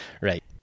Right